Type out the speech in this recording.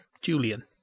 Julian